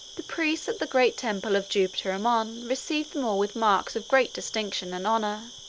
the priests at the great temple of jupiter ammon received them all with marks of great distinction and honor.